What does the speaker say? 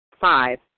Five